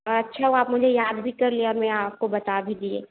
अच्छा हुआ आप मुझे याद कर लिए और मैं आपको बता भी दिए